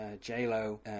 J-Lo